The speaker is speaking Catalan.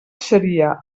seria